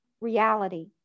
reality